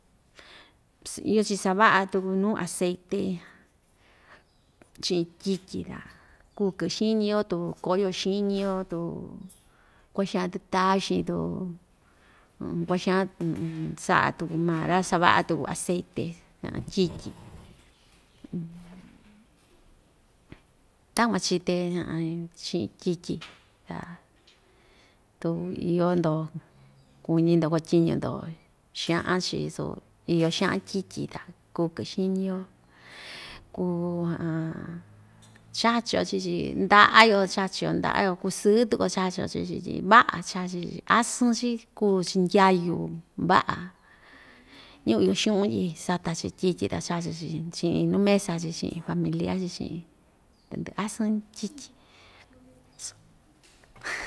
iyo‑chi sava'a tuku nuu aceite chi'in tyityi ta kuu kɨ'ɨ xiñi‑yo tu koyo xiñi‑yo tu kua'a xan tɨtaxin tu kua'a xan sa'a tuku maa ra‑sava'a tuku aceite tyityi takuan chite chi'in tyityi ta tu iyo‑ndo kuñi‑ndo kuatyiñu‑ndo xa'an‑chi so iyo xa'an tyityi ta kuu kɨ'ɨ xiñi‑yo kuu chachio chii‑chi nda'a‑yo chachio nda'a‑yo kusɨɨ tuku‑yo chachi‑yo chii‑chi tyi va'a chachi chii‑chi asɨn‑chi kuu‑chi ndyayu va'a ñɨvɨ iyo xu'un tyi sata‑chi tyityi ta chachi‑chi chi'in nuu mesa‑chi chi'in familia‑chi chi'in ta ndɨasɨn tyityi.